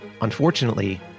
Unfortunately